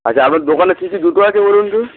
আচ্ছা আপার দোকানে কিু জ দুতো আছে বলুন তু